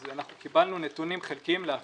אז אנחנו קיבלנו נתונים חלקיים על אכיפה.